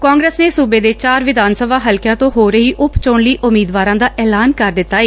ਕਾਂਗਰਸ ਨੇ ਸੁਬੇ ਦੇ ਚਾਰ ਵਿਧਾਨ ਸਭਾ ਹਲਕਿਆਂ ਤੇ ਹੋ ਰਹੀ ਉਪ ਚੋਣ ਉਮੀਦਵਾਰਾਂ ਦਾ ਐਲਾਨ ਕਰ ਦਿਡਾ ਏ